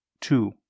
two